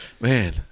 Man